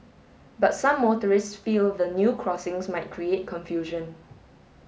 but some motorists feel the new crossings might create confusion